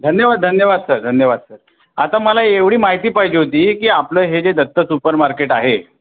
धन्यवाद धन्यवाद सर धन्यवाद सर आता मला एवढी माहिती पाहिजे होती की आपलं हे जे दत्त सुपर मार्केट आहे